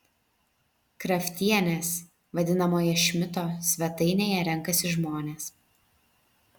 kraftienės vadinamoje šmito svetainėje renkasi žmonės